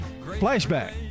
Flashback